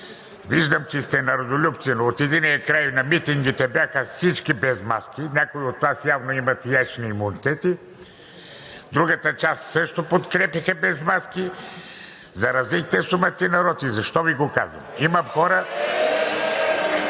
Виждам, че сте родолюбци, но от единия край на митингите бяха всички без маски. Някой от Вас явно имат яйчни имунитети, другата част също подкрепяха без маски. Заразихте сумати народ и защо Ви го казвам? Има хора…